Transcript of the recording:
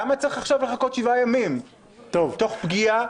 למה צריך לחכות 7 ימים תוך פגיעה?